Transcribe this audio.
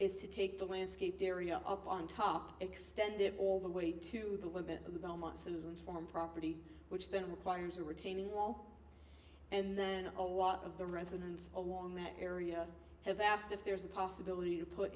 is to take the landscape dairy up on top extended all the way to the limit of the belmont citizens form property which then requires a retaining wall and then a lot of the residents along that area have asked if there's a possibility to put